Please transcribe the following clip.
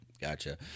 Gotcha